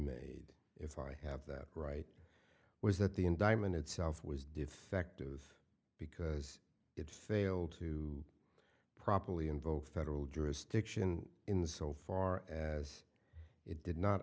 made if i have that right was that the indictment itself was defective because it failed to properly invoke federal jurisdiction in so far as it did not